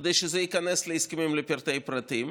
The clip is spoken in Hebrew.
כדי שזה ייכנס להסכמים לפרטי-פרטים